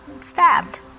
stabbed